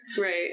Right